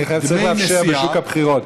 אני צריך לאפשר בשוק הבחירות,